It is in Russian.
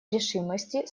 решимости